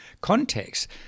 context